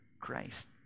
Christ